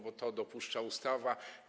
Bo to dopuszcza ustawa.